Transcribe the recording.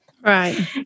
right